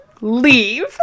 Leave